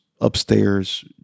upstairs